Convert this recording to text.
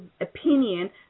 opinion